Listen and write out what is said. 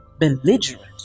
belligerent